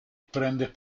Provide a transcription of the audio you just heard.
prende